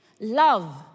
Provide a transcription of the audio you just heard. Love